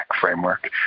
framework